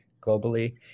globally